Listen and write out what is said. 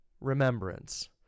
remembrance